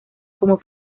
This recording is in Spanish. como